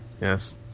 Yes